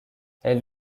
elle